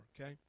okay